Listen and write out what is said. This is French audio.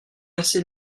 assez